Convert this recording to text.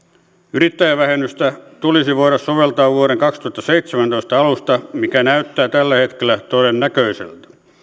yrittäjävähennystä tulisi voida soveltaa vuoden kaksituhattaseitsemäntoista alusta mikä näyttää tällä hetkellä todennäköiseltä